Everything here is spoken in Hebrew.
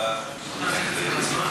אבל אני מברך את כל מי שבא.